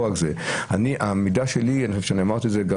בהחלט.